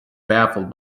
baffled